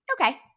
okay